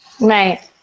Right